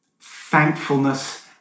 thankfulness